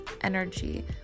energy